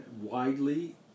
widely